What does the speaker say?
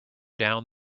down